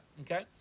okay